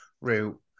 route